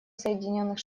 соединенных